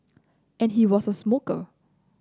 and he was a smoker